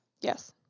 Yes